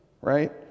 right